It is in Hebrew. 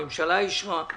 הממשלה אישרה.